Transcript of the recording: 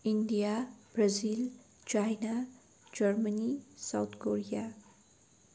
India Brazil China Germany South Korea